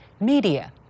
media